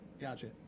gotcha